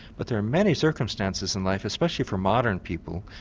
but there are many circumstances in life, especially for modern people,